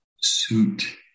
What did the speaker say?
suit